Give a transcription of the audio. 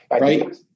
Right